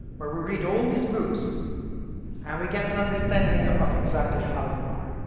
where we read all these books and we get an understanding of exactly how you are.